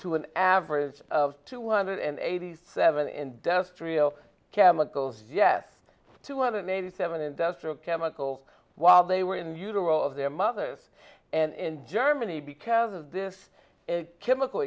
to an average of two hundred and eighty seven industrial chemicals yes two hundred eighty seven industrial chemist while they were in utero of their mothers and germany because of this chemical